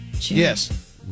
Yes